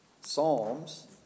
Psalms